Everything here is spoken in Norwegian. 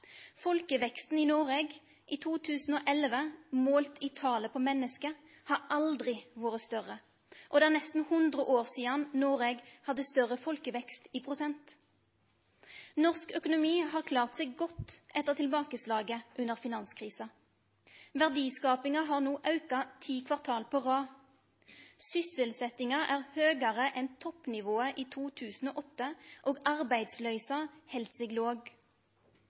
Folkeveksten i Noreg i 2011 målt i talet på menneske har aldri vore større, og det er nesten 100 år sidan Noreg hadde større folkevekst i prosent. Norsk økonomi har klart seg godt etter tilbakeslaget under finanskrisa. Verdiskapinga har no auka ti kvartal på rad. Sysselsetjinga er høgare enn toppnivået i 2008, og arbeidsløysa held seg låg.